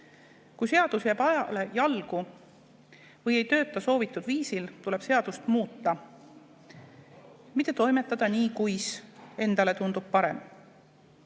Kui seadus jääb ajale jalgu või ei tööta soovitud viisil, tuleb seadust muuta, mitte toimetada nii, kuis endale tundub parem.